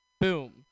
Boom